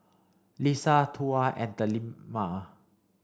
Lisa Tuah and Delima